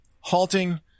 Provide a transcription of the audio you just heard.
halting